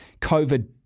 COVID